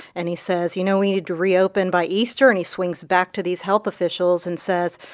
and he says, you know, we need to reopen by easter, and he swings back to these health officials and says,